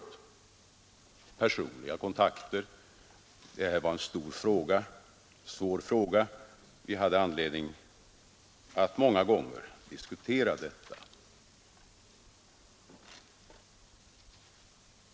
Det blev personliga kontakter, det här var en stor fråga, en svår fråga, och vi hade anledning att många gånger diskutera detta.